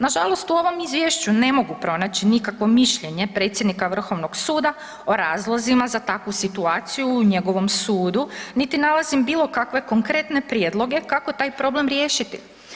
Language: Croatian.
Nažalost u ovom izvješću ne mogu pronaći nikakvo mišljenje predsjednika vrhovnog suda o razlozima za takvu situaciju u njegovom sudu, niti nalazim bilo kakve konkretne prijedloge kako taj problem riješiti.